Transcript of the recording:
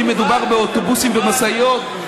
אם מדובר באוטובוסים ובמשאיות,